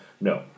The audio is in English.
No